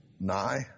Nigh